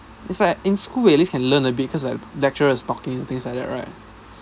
it's like in school at least can learn a bit cause the lecturers is talking and things like that right right